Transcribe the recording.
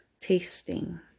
tasting